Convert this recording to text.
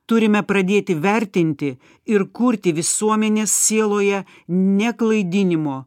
turime pradėti vertinti ir kurti visuomenės sieloje neklaidinimo